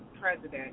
president